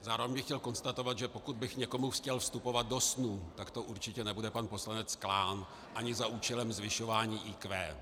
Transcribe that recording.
Zároveň bych chtěl konstatovat, že pokud bych někomu chtěl vstupovat do snů, tak to určitě nebude pan poslanec Klán, ani za účelem zvyšování IQ.